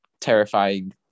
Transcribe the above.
terrifying